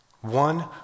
one